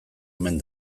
omen